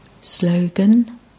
Slogan